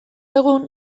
egun